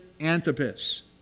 antipas